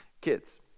Kids